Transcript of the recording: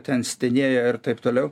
ten stenėjo ir taip toliau